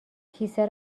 کیسه